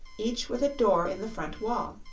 each with a door in the front wall.